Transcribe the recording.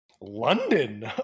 London